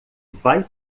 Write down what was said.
vai